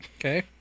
Okay